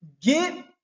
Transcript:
Get